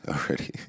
already